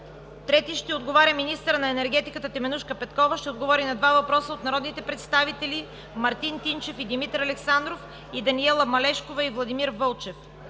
Георги Йорданов. 3. Министърът на енергетиката Теменужка Петкова ще отговори на два въпроса от народните представители Мартин Тинчев и Димитър Александров; Даниела Малешкова и Владимир Вълев.